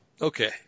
Okay